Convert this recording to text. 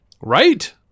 right